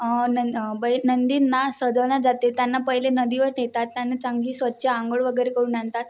नंद बैल नंदींना सजवण्या जाते त्यांना पहिले नदीवर नेतात त्यांना चांगली स्वच्छ आंघोळ वगैरे करून आणतात